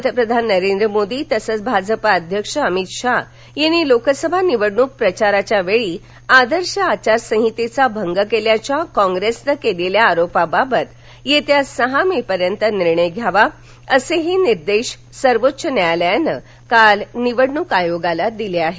पंतप्रधान नरेंद्र मोदी तसंच भाजपचे अध्यक्ष अमित शाह यांनी लोकसभा निवडणूक प्रचारावेळी आदर्श आचारसंहितेचा भंग केल्याच्या काँप्रेसनं केलेल्या आरोपांबाबत येत्या सहा मे पर्यंत निर्णय घ्या असेही निर्देश सर्वोच्च न्यायालयानं काल निवडणूक आयोगाला दिले आहेत